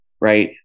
right